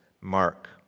Mark